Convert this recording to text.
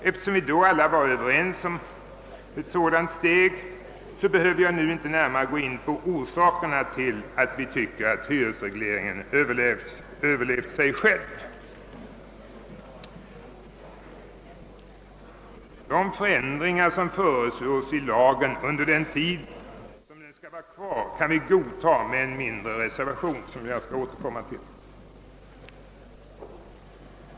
Eftersom vi då alla var överens om ett sådant steg behöver jag inte nu närmare gå in på orsakerna till att vi tycker att hyresregleringen har överlevt sig själv. De förändringar som föreslås i lagen under den tid som den skall vara kvar kan vi godta med en mindre reservation, som jag skall återkomma till.